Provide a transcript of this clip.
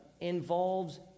Involves